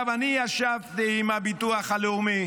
אני ישבתי עם הביטוח הלאומי